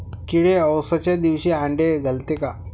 किडे अवसच्या दिवशी आंडे घालते का?